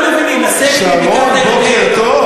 כולם מבינים, שרון, בוקר טוב.